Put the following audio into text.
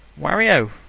Wario